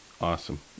Awesome